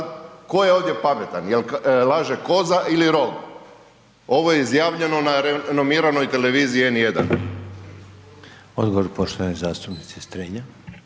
tko je ovdje pametan? Jel laže koza ili rog? Ovo je izjavljeno na renomiranoj televiziji N1. **Reiner, Željko (HDZ)** Odgovor poštovane zastupnice Strenje.